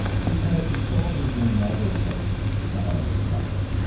because the soldiers will never take the artist's product.